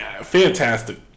fantastic